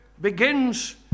begins